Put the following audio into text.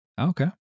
Okay